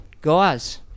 Guys